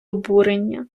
обурення